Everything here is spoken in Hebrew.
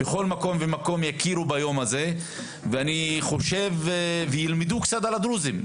בכל מקום ומקום יכירו ביום הזה וילמדו קצת על הדרוזים,